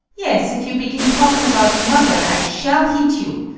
yes, if you begin talking about mother i shall hit you.